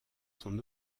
son